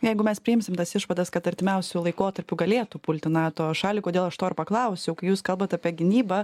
jeigu mes priimsim tas išvadas kad artimiausiu laikotarpiu galėtų pulti nato šalį kodėl aš to ir paklausiau kai jūs kalbat apie gynybą